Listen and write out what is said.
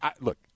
look